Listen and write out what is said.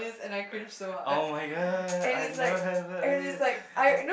[oh]-my-god I never have that is it